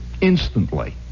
instantly